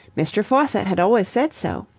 mr. faucitt had always said so.